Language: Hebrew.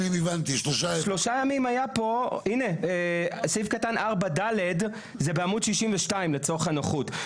הנה סעיף קטן 4ד. זה בעמוד 62, לצורך הנוחות.